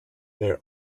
their